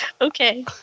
Okay